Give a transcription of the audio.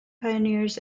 pioneers